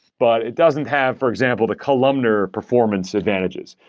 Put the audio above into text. but it doesn't have, for example, the columnar performance advantages.